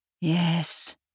Yes